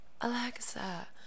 Alexa